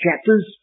chapters